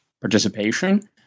participation